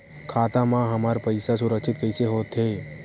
खाता मा हमर पईसा सुरक्षित कइसे हो थे?